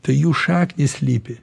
tai jų šaknys slypi